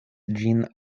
ĝin